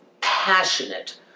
passionate